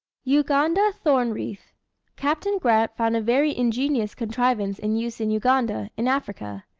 uganda thorn-wreath captain grant found a very ingenious contrivance in use in uganda, in africa.